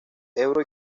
ebro